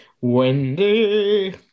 Wendy